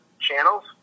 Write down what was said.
channels